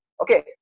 okay